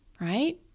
Right